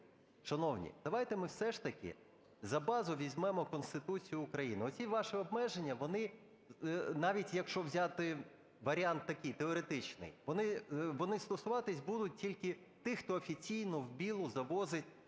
Шановні, давайте ми все ж таки за базу візьмемо Конституцію України. Оці ваші обмеження, вони навіть, якщо взяти варіант такий, теоретичний, вони стосуватись будуть тільки тих, хто офіційно, "вбілу" завозить